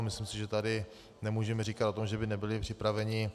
Myslím si, že tady nemůžeme říkat o tom, že by nebyli připraveni.